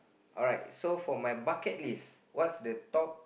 alright so for my bucket list what's the top